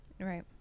Right